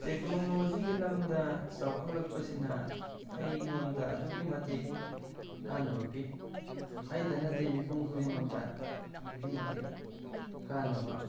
ꯇꯦꯛꯅꯣꯂꯣꯖꯤꯒꯤ ꯂꯝꯗ ꯆꯥꯎꯈꯠꯂꯥꯛꯄꯁꯤꯅ ꯑꯩꯉꯣꯟꯗ ꯑꯗꯨꯛꯀꯤ ꯃꯇꯤꯛ ꯀꯥꯟꯅꯕ ꯄꯤ ꯑꯩꯇ ꯅꯠꯇꯦ ꯃꯤꯄꯨꯝ ꯈꯨꯗꯤꯡꯃꯛꯇ ꯑꯗꯨꯛꯀꯤ ꯃꯇꯤꯛ ꯀꯥꯟꯅꯕ